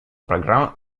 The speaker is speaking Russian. программ